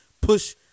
push